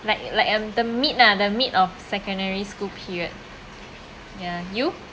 like like um the mid lah the mid of secondary school period ya you